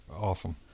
awesome